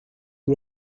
que